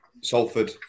Salford